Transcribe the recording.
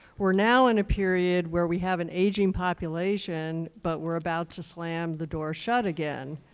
we're now in a period where we have an aging population, but we're about to slam the door shut again.